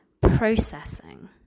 processing